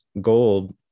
gold